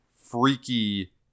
Freaky